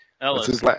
Ellis